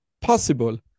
possible